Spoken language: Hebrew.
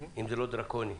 אם זה לא דרקוני.